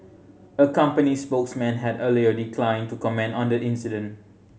a company spokesman had earlier declined to comment on the incident